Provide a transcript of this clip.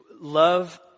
Love